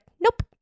nope